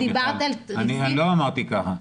לא אמרתי כך.